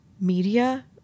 media